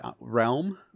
realm